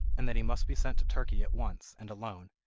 and that he must be sent to turkey at once, and alone.